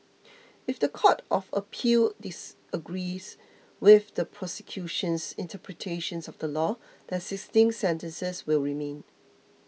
if the court of appeal disagrees with the prosecution's interpretation of the law the existing sentences will remain